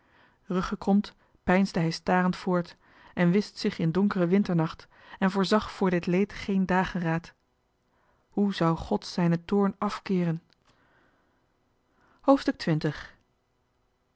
peinsde hij starende voort en wist zich in donkeren winternacht en voorzag voor dit leed geenen dageraad hoe zou god zijnen toorn